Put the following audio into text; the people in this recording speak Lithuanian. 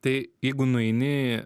tai jeigu nueini